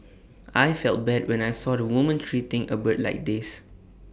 I felt bad when I saw the woman treating A bird like this